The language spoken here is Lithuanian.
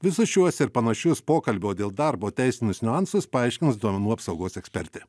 visus šiuos ir panašius pokalbio dėl darbo teisinius niuansus paaiškins duomenų apsaugos ekspertė